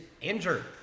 injured